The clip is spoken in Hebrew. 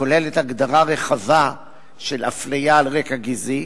הכוללת הגדרה רחבה של אפליה על רקע גזעי,